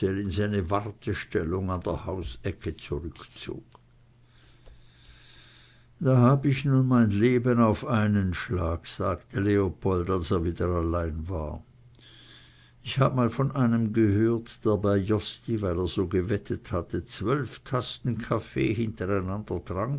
seine wartestellung an der hausecke zurückzog da hab ich nun mein leben auf einen schlag sagte leopold als er wieder allein war ich habe mal von einem gehört der bei josty weil er so gewettet hatte zwölf tassen kaffee hintereinander trank